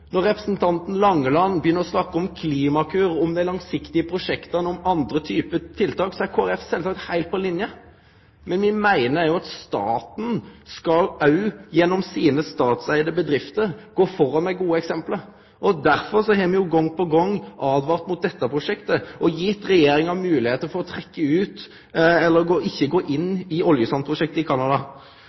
Når representanten Langeland begynner å snakke om Klimakur, om dei langsiktige prosjekta og om andre typar tiltak, er Kristeleg Folkeparti sjølvsagt heilt på linje. Me meiner at staten gjennom sine statsåtte bedrifter skal gå føre med gode eksempel. Derfor har me gong på gong åtvara mot dette prosjektet og gitt Regjeringa moglegheiter til ikkje å gå inn i oljesandprosjektet i Canada.